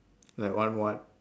like one [what]